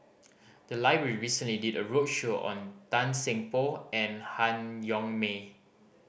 the library recently did a roadshow on Tan Seng Poh and Han Yong May